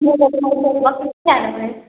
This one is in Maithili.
बकरी खा लेबै